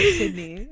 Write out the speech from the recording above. sydney